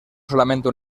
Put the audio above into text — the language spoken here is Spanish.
solamente